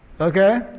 Okay